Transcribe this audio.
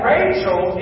Rachel